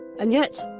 and yet,